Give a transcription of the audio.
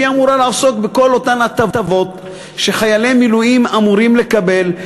שהיא אמורה לעסוק בכל אותן הטבות שחיילי מילואים אמורים לקבל.